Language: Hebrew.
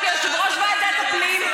כיושב-ראש ועדת הפנים,